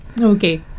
Okay